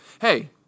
hey